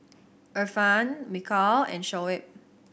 Irfan Mikhail and Shoaib